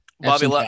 Bobby